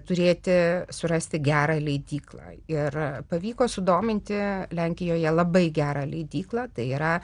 turėti surasti gerą leidyklą ir pavyko sudominti lenkijoje labai gerą leidyklą tai yra